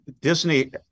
Disney